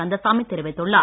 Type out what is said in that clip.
கந்தசாமி தெரிவித்துள்ளார்